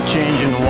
changing